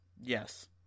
Yes